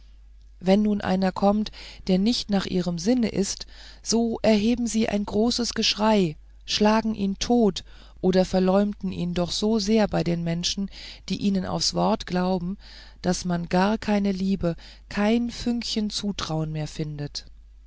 wenn nun einer kommt der nicht nach ihrem sinne ist so erheben sie ein großes geschrei schlagen ihn tot oder verleumden ihn doch so sehr bei den menschen die ihnen aufs wort glauben daß man gar keine liebe kein fünkchen zutrauen mehr findet